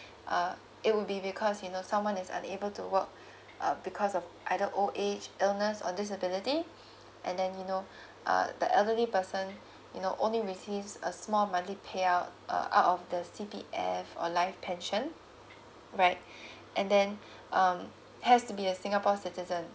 uh it will be because you know someone is unable to work uh because of either old age illness or disability and then you know uh the elderly person you know only receives a small money payout uh out of the C_P_F or life pension right and then um has to be a singapore citizen